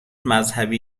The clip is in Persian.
مذهبی